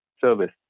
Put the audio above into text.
service